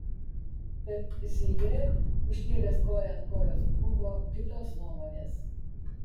bet zylė užkėlęs koją ant kojos buvo kitos nuomones